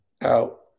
out